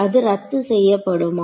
அது ரத்து செய்யப்படுமா